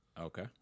Okay